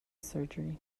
surgery